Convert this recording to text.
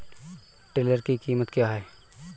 Tiller की कीमत क्या है?